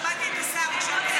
שמעתי את השר, הקשבתי לשר.